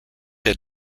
der